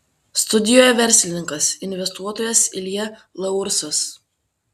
studijoje verslininkas investuotojas ilja laursas